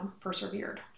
persevered